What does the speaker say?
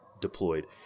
deployed